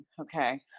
okay